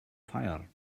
fire